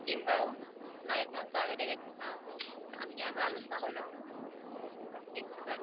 দিম বাৰু আপোনাৰ এডভান্সটো আগতীয়াকে দিম বাৰু আমি আকৌ আলোচনা কৰি লওঁ